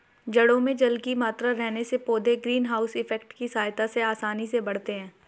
जड़ों में जल की मात्रा रहने से पौधे ग्रीन हाउस इफेक्ट की सहायता से आसानी से बढ़ते हैं